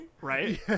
right